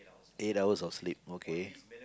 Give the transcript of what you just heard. eight hours of sleep okay